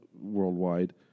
worldwide